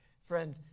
friend